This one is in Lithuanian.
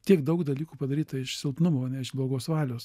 tiek daug dalykų padaryta iš silpnumo ne iš blogos valios